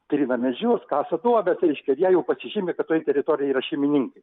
trina medžius kasa duobes reiškia ir jie jau pasižymi kad toje teritorijoje yra šeimininkai